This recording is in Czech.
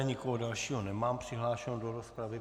Nikoho dalšího nemám přihlášeného do rozpravy.